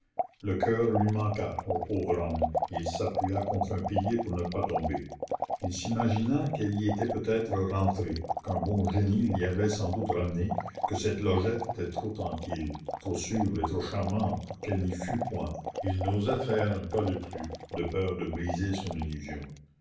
le coeur lui manqua au pauvre homme et il s'appuya contre un pilier pour ne pas tomber il s'imagina qu'elle y était peut-être rentrée qu'un bon génie l'y avait sans doute ramenée que cette logette était trop tranquille trop sûre et trop charmante pour qu'elle n'y fût point et il n'osait faire un pas de plus de peur de briser son